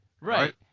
Right